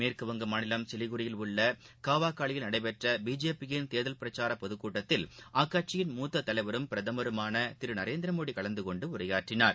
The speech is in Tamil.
மேற்கு வங்க மாநிலம் சிலிகுறியில் உள்ள காவாகாளியில் நடைபெற்ற பிஜேபியின் தேர்தல் பிரச்சார பொதுக்கூட்டத்தில் அக்கட்சியின் மூத்த தலைவரும் பிரதமருமான திரு நரேந்திர மோடி கலந்து கொண்டு உரையாற்றினார்